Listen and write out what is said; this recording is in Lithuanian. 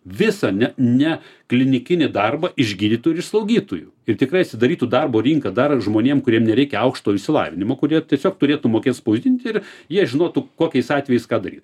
visą ne ne klinikinį darbą iš gydytojų ir iš slaugytojų ir tikrai atsidarytų darbo rinka dar žmonėm kuriem nereikia aukštojo išsilavinimo kurie tiesiog turėtų mokėt spausdinti ir jie žinotų kokiais atvejais ką daryt